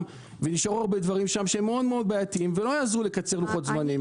ונשארו הרבה דברים בעייתיים ולא יעזרו לקצר לוחות זמנים.